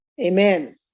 amen